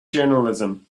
journalism